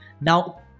Now